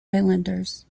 islanders